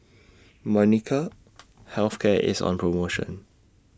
Molnylcke Health Care IS on promotion